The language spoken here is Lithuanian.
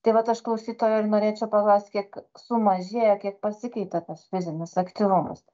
tai vat aš klausytojo ir norėčiau paklaust kiek sumažėjo kiek pasikeitė tas fizinis aktyvumus